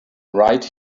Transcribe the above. right